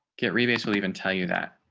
get rebates will even tell you that